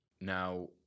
Now